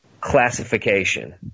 classification